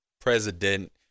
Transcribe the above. president